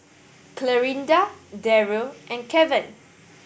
Clarinda Daryl and Keven